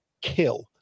Kill